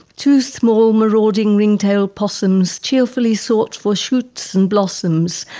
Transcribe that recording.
two small marauding ringtail possums cheerfully sort for shoots and blossoms.